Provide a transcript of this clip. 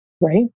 right